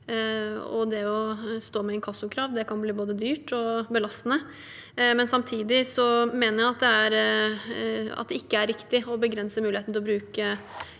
og å stå med inkassokrav kan bli både dyrt og belastende. Samtidig mener jeg at det ikke er riktig å begrense muligheten til å bruke